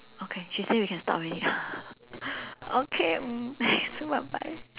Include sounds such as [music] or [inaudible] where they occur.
okay she say we can stop already [laughs] okay mm [breath] bye bye